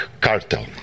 cartel